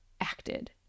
acted